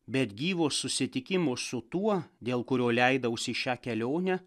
bet gyvo susitikimo su tuo dėl kurio leidausi į šią kelionę